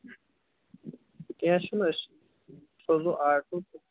کیٚنٛہہ چھُنہٕ أسۍ سوزو آٹوٗ تہٕ